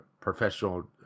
professional